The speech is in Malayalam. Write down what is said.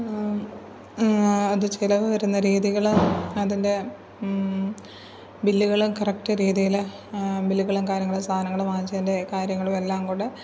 അത് ചിലവ് വരുന്ന രീതികൾ അതിൻ്റെ ബില്ലുകൾ കറക്റ്റ് രീതിയിൽ ബില്ലുകളും കാര്യങ്ങളും സാധനങ്ങൾ വാങ്ങിച്ചതിൻ്റെ കാര്യങ്ങളും എല്ലാം കൂടെ